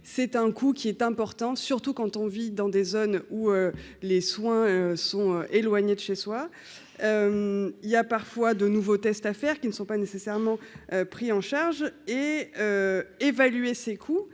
c'est un coût qui est important, surtout quand on vit dans des zones où les soins sont éloignés de chez soi. Il y a parfois de nouveaux tests à faire qui ne sont pas nécessairement pris en charge et évaluer ces coûts,